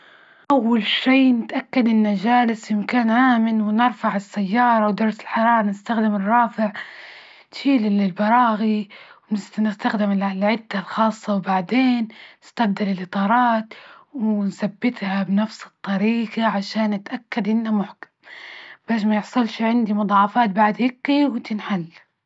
أول شي نتأكد إنه جالس في مكان آمن، ونرفع السيارة ودرجة الحرارة، نستخدم الرافع تشيل البراغي، ونستخدم العدة الخاصة، وبعدين نستبدل الإطارات ونثبتها بنفس الطريجة عشان نتأكد إنه محكم باش ما يحصلش عندي مضاعفات بعد هيكي وتنحل.